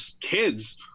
kids